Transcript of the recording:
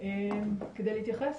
כדי להתייחס.